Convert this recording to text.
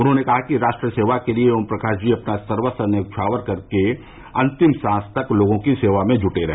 उन्होंने कहा कि राष्ट्र सेवा के लिए ओमप्रकाश जी अपना सर्वस्व न्यौछावर करके अन्तिम सांस तक लोगों की सेवा में जुटे रहे